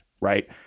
right